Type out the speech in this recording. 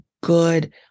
good